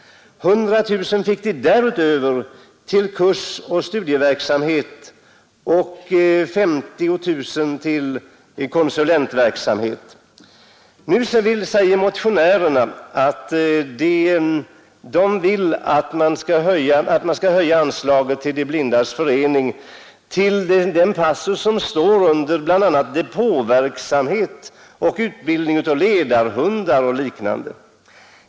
Därutöver fick De blindas förening 100 000 kronor till kursoch studieverksamhet och 50 000 kronor till konsulentverksamhet. Motionärerna vill höja det anslag som går till bl.a. depåverksamhet och utbildning av ledarhundar och liknande.